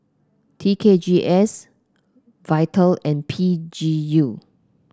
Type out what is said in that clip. T K G S Vital and P G U